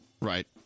Right